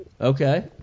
okay